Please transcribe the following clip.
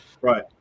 Right